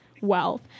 wealth